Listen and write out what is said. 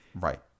Right